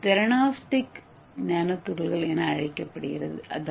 இது theranostic nano துகள்கள் என்று அழைக்கப்படுகிறது